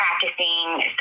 practicing